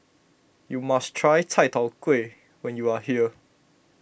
you must try Chai Tow Kuay when you are here